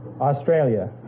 Australia